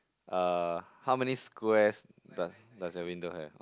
uh how many squares does does the window have